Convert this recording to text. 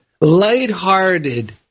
lighthearted